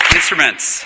Instruments